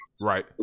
Right